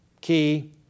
key